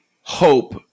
hope